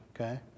Okay